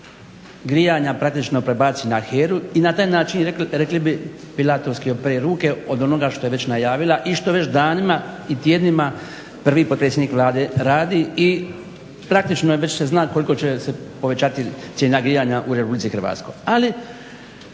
grijanja praktično prebaci na HERA-u i na taj način rekli bi … pere ruke od onoga što je već najavila i što već danima i tjednima prvi potpredsjednik Vlade radi i praktično već se zna koliko će se povećati cijena grijanja u Republici Hrvatskoj.